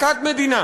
מכת מדינה.